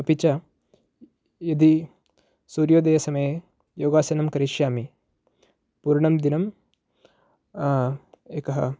अपि च यदि सूर्योदयसमये योगासनं करिष्यामि पूर्णं दिनं एकः